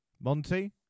Monty